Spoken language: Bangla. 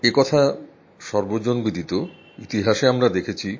এ কথা সর্বজনবিদিত ইতিহাসে আমরা দেখেছি